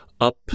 up